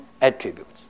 attributes